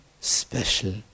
special